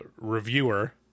reviewer